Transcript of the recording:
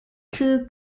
kew